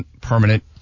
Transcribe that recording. permanent